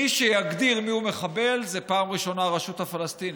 מי שיגדיר מיהו מחבל זה פעם ראשונה הרשות הפלסטינית.